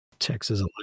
Texas